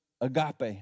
agape